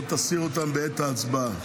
לא תסיר אותן בעת ההצבעה.